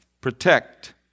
protect